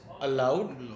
allowed